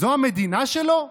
זו המדינה שלו?